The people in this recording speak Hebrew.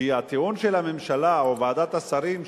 הטיעון של הממשלה או של ועדת השרים,